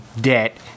debt